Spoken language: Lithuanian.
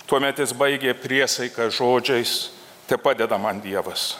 tuomet jis baigė priesaiką žodžiais tepadeda man dievas